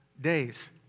days